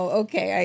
okay